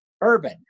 urban